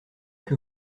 que